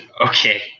Okay